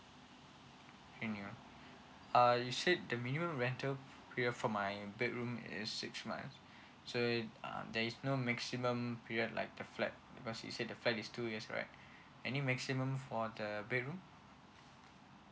uh you said that the minimum rental period for my bedroom is six months right so it uh there is no maximum um period like the flat because the flat is two years right any maximum for the bedroom